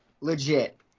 legit